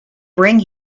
bring